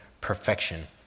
perfection